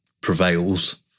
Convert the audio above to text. prevails